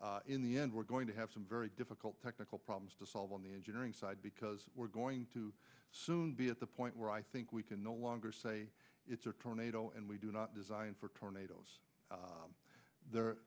that in the end we're going to have some very difficult technical problems to solve on the engineering side because we're going to soon be at the point where i think we can no longer say it's a tornado and we do not design for tornadoes